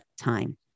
time